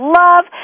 love